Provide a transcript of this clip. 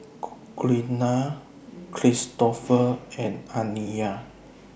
Glenna Kristofer and Aniyah